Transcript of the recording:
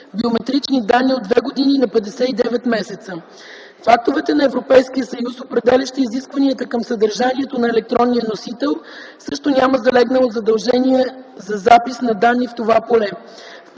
биометрични данни от 2 години на 59 месеца. В актовете на Европейския съюз, определящи изискванията към съдържанието на електронния носител, също няма залегнало задължение за запис на данни в това поле.